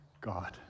God